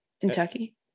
Kentucky